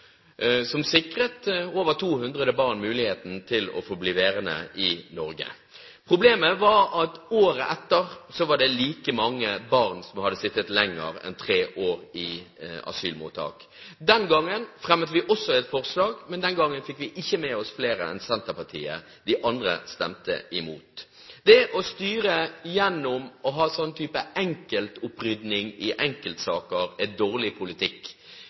som sikret over 200 barn muligheten til å bli værende i Norge. Problemet var at året etter var det like mange barn som hadde sittet lenger enn tre år i asylmottak. Den gangen fremmet vi også et forslag, men den gangen fikk vi ikke med oss flere enn Senterpartiet. De andre stemte imot. Å styre gjennom en slik type enkeltopprydning i enkeltsaker er dårlig politikk.